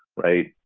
right?